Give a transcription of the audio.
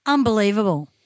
Unbelievable